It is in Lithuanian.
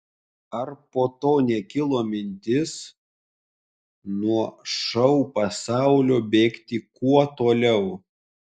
ar po to nekilo mintis nuo šou pasaulio bėgti kuo toliau